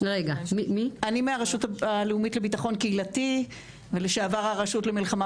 אני מהרשות הלאומית לביטחון קהילתי ולשעבר הרשות למלחמה